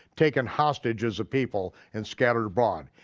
taken hostage as a people and scattered abroad.